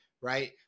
right